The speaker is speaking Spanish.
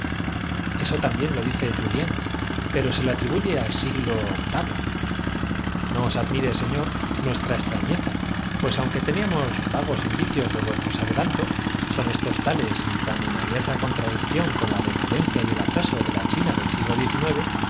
eso también lo dice julien pero se lo atribuye al como no te refieras á los cañones no sé qué quie siglo vin no os admire señor nuestra extrañeza pues res decir á ver si es esto y tomando el aunque teníamos vagos indicios de vuestros adelantos emperador de una panoplia una flecha son estos tales y tan en abierta contradicción con la embadurnada de un polvo negro que no era otra cosa decadencia y el atraso de la china del siglo